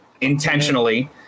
intentionally